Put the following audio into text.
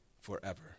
forever